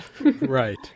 Right